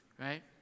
Right